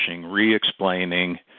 re-explaining